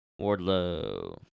Wardlow